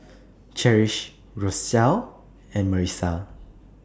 Cherish Rochelle and Marissa